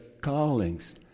callings